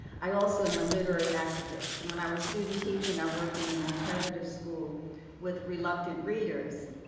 i also am a literary activist. and when i was student teaching, i worked in an alternative school with reluctant readers.